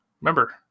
Remember